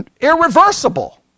irreversible